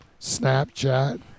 Snapchat